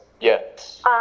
yes